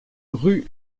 rue